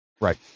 Right